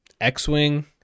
X-wing